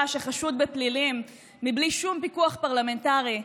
שחשוד בפלילים בלי שום פיקוח פרלמנטרי,